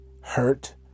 hurt